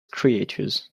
creatures